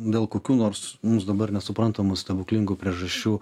dėl kokių nors mums dabar nesuprantamų stebuklingų priežasčių